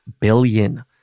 billion